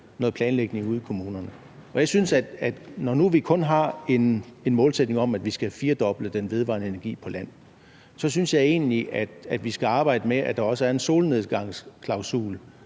noget planlægning ude i kommunerne. Når nu vi kun har en målsætning om, at vi skal firdoble den vedvarende energi på land, synes jeg egentlig, at vi skal arbejde med, at der også er en solnedgangsklausul